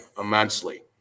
immensely